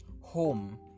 home